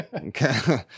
Okay